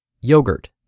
yogurt